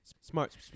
smart